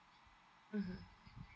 mmhmm